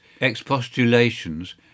expostulations